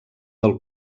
del